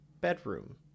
bedroom